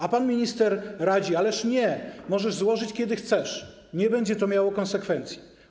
A pan minister radzi: ależ nie, możesz złożyć, kiedy chcesz, nie będzie to miało konsekwencji.